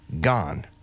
gone